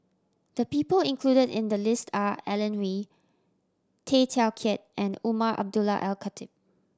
the people included in the list are Alan Oei Tay Teow Kiat and Umar Abdullah Al Khatib